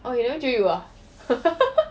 oh he never jio you ah